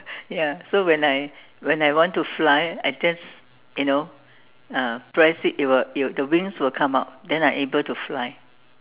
ya so when I when I want to fly I just you know uh press it and it it will the wings will come out then I able to fly